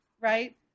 Right